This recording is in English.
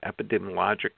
epidemiologic